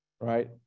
right